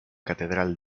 catedral